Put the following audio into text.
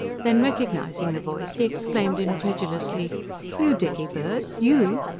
then recognising the voice, he exclaimed incredulously you, dickybird? you!